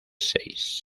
seis